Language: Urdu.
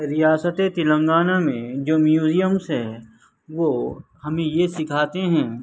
ریاست تلنگانہ میں جو میوزیمس ہیں وہ ہمیں یہ سکھاتے ہیں